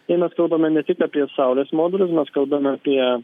jei mes kalbame ne tik apie saulės modulius mes kalbame apie